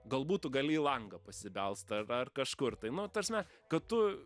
galbūt tu gali į langą pasibelst ar ar kažkur tai nu ta prasme kad tu